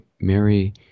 Mary